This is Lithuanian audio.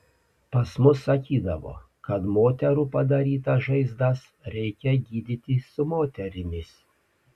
pas mus sakydavo kad moterų padarytas žaizdas reikia gydyti su moterimis